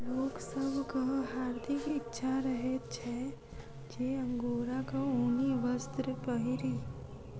लोक सभक हार्दिक इच्छा रहैत छै जे अंगोराक ऊनी वस्त्र पहिरी